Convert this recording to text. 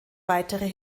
weitere